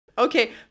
Okay